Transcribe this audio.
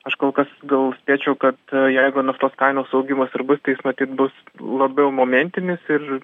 aš kol kas gal spėčiau kad jeigu naftos kainos augimas ir bus tai jis matyt bus labiau momentinis ir